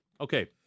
Okay